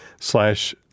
slash